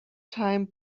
time